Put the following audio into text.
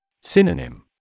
Synonym